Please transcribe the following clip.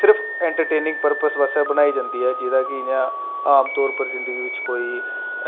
सिर्फ entertain purpose आस्तै बनाई जंदी ऐ जेह्दा कि इ'यां आमतौर उप्पर जिंदगी बिच कोई